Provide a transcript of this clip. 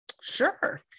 Sure